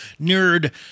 Nerd